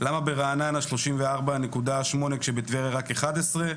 למה ברעננה 34.8% כשבטבריה רק 11%,